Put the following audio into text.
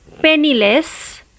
penniless